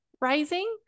rising